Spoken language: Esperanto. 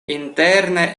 interne